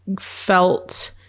felt